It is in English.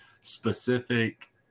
specific